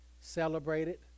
celebrated